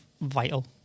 vital